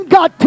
God